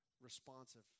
Responsive